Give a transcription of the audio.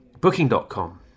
Booking.com